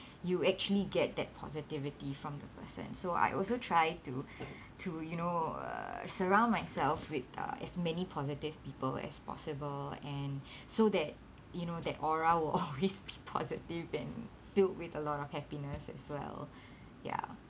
you actually get that positivity from the person so I also try to to you know uh surround myself with uh as many positive people as possible and so that you know that aura will always be positive and filled with a lot of happiness as well ya